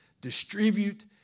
distribute